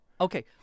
Okay